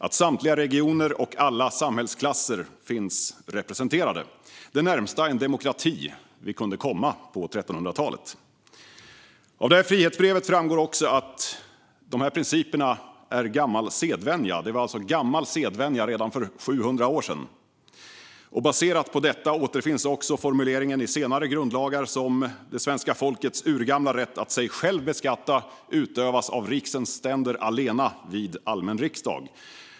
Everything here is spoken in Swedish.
Att samtliga regioner och alla samhällsklasser finns representerade - det är det närmaste en demokrati vi kunde komma på 1300-talet. Av frihetsbrevet framgår också att dessa principer är gammal sedvänja; de var alltså gammal sedvänja redan för 700 år sedan. Baserat på detta återfinns också formuleringar i senare grundlagar som att det svenska folkets urgamla rätt att sig själv beskatta utövas av riksens ständer allena vid allmän riksdag.